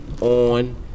on